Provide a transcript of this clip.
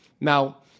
Now